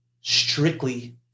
strictly